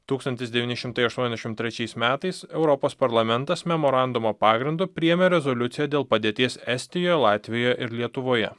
tūkstantis devyni šimtai aštuoniasdešimt trečiais metais europos parlamentas memorandumo pagrindu priėmė rezoliuciją dėl padėties estijoje latvijoje ir lietuvoje